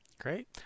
Great